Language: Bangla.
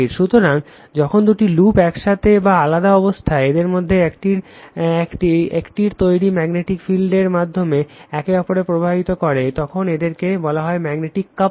সুতরাং যখন দুটি লুপ একসাথে বা আলাদা অবস্থায় এদের মধ্যে একটির তৈরী ম্যাগনেটিক ফিল্ডের মাধ্যমে একে অপরকে প্রভাবিত করে তখন এদেরকে বলা হয় ম্যাগনেটিকালি কাপল্ড